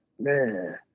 man